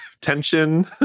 tension